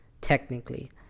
technically